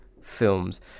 films